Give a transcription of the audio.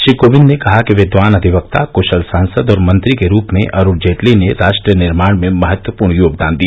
श्री कोविंद ने कहा कि विद्वान अधिवक्ता कुशल सांसद और मंत्री के रूप में अरुण जेटली ने राष्ट्र निर्माण में महत्वपूर्ण योगदान दिया